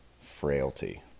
frailty